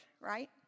right